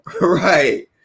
Right